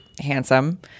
handsome